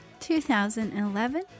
2011